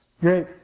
Great